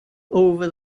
over